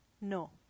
No